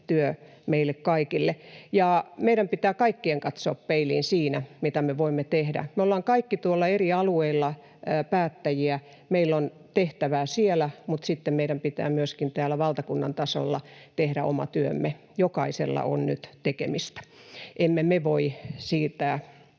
työ meille kaikille. Ja meidän pitää kaikkien katsoa peiliin siinä, mitä me voimme tehdä. Me ollaan kaikki tuolla eri alueilla päättäjiä, ja meillä on tehtävää siellä, mutta sitten meidän pitää myöskin täällä valtakunnan tasolla tehdä oma työmme. Jokaisella on nyt tekemistä. Emme me voi siirtää